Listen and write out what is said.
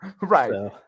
Right